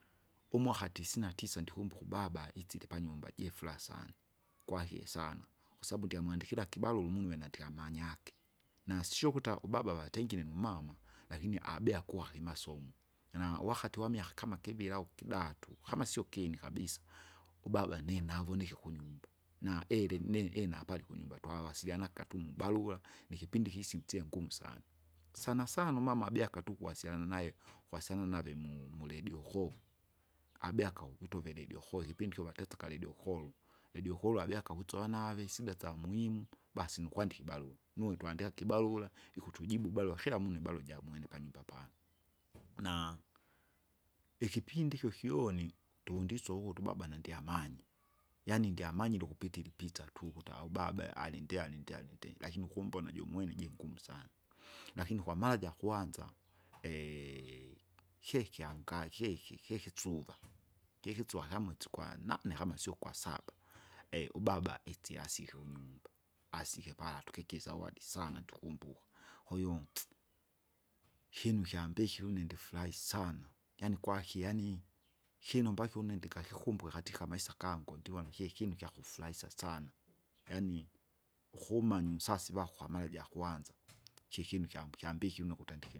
Umwaka tisina tisa ndikumbuka ubaba isile panyumba jifura sana, kwaki sana, kwasabu ndyamwandikira kibarua umunuve nandikamanyaki nasio ukuta ubaba vatengire numama, lakini abea kuwa kimasomo. Na wakati wamiaka kama kiviri au kidatu, kama sio kinne kabisa, ubaba ninavo navonike kunyumba, na eleni inapali kunyumba twawasilianaga tu mubarura, nikipindi kisitsye ngumu sana. Sana sana umama abia katu kuwasiliana nae, kuwasiliana nave mu- muredio kovu, abea akau vituvile iredio kolo ikipindi ikyo vatesa kolo. Redio kolo abeaka kuitsova nave, sida syamuhimu, basi nukwandika ibarua, nuwe twandika kibarura ikutujibu barura kira munu ibarura jamwene panyumba pala, na, ikipindi ikyo kyoni, tundisova ukuti ubaba nandyamanye, yaani ndyamanyile ukupitira ipicha tu, ukuta ubaba alindia alindia alindi. lakini ukumbona jumwene jingumu sana. Lakini kwa mara jakwanza, kila ikyanga ikyeki ikyeki suva, kyeiki suva kyamwesi ugwanane kama sio ugwasaba, ubaba itsila asike kunyumba. Asike pala tukisa isawadi tukumbuka, kwahiyo ikinu kyambikire une ndifurahi sana, yaani kwaki yaani. Ikinu mbakie une ndikakikumbuka katika maisa gangu ndivona kyekyinu kyakufurahisa sana, yaani ukumanya unsasi vako kwamara jakwanza, kikinu kyambi kyambikie une ukutandike.